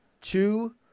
two